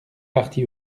parti